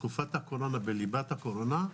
בליבת הקורונה,